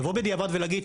לבוא בדיעבד ולהגיד,